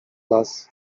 las